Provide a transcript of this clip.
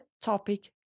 topic